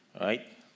right